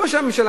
לא הממשלה.